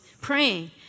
praying